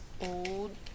old